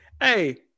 hey